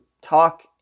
talk